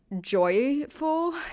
joyful